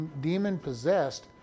demon-possessed